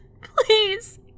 Please